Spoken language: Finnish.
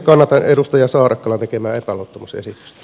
kannatan edustaja saarakkalan tekemää epäluottamusesitystä